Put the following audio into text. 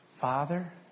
Father